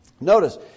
Notice